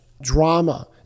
drama